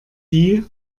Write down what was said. die